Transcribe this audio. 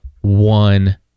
one